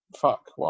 fuck